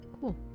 Cool